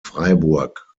freiburg